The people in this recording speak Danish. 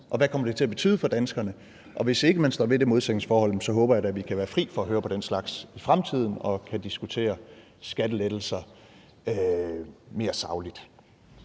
hvad kommer det til at betyde for danskerne? Og hvis ikke man står ved det modsætningsforhold, håber jeg da, at vi kan være fri for at høre på den slags i fremtiden og kan diskutere skattelettelser mere sagligt.